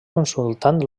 consultant